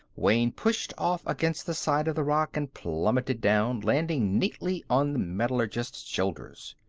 wayne pushed off against the side of the rock and plummeted down, landing neatly on the metallurgist's shoulders.